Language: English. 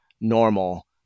normal